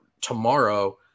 tomorrow